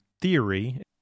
theory